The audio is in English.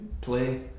play